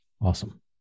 Awesome